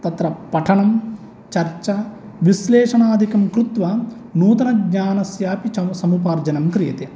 तत्र पठनं चर्चाविश्लेषणादिकं कृत्वा नूतनज्ञानस्य अपि च समुपार्जनं क्रियते